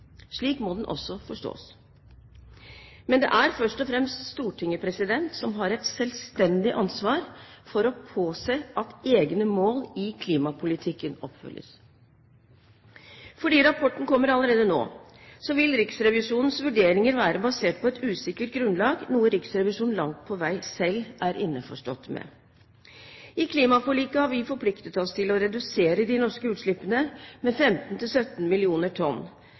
Slik må den også forstås. Men det er først og fremst Stortinget som har et selvstendig ansvar for å påse at egne mål i klimapolitikken nås. Fordi rapporten kommer allerede nå, vil Riksrevisjonens vurderinger være basert på et usikkert grunnlag, noe Riksrevisjonen langt på vei selv er innforstått med. I klimaforliket har vi forpliktet oss til å redusere de norske utslippene med